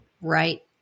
Right